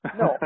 No